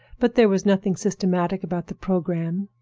but there was nothing systematic about the programme,